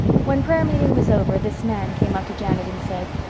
when prayer-meeting was over this man came up to janet and said,